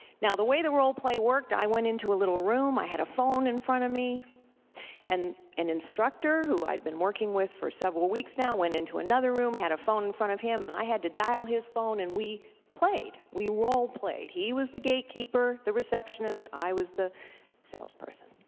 now the way the role play worked, i went into a little room, i had a phone in front of me and an instructor who i'd been working with for several weeks now went into another room, had a phone in front of him and i had to dial his phone and we played we role played. he was the gatekeeper, the receptionist i was the salesperson.